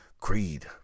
creed